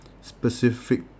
specific